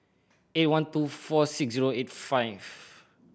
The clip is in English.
eight one two four six zero eight five